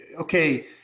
okay